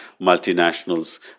multinationals